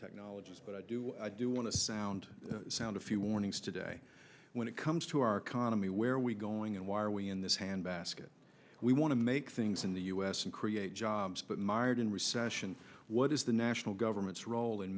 technologies but i do i do want to sound sound a few warnings today when it comes to our economy where are we going and why are we in this hand basket we want to make things in the us and create jobs but mired in recession what is the national government's role in